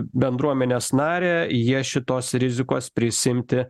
bendruomenės narę jie šitos rizikos prisiimti